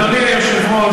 הדבר הזה, אדוני היושב-ראש,